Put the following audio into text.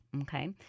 okay